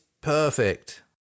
perfect